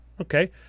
Okay